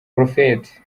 prophet